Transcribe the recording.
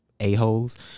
a-holes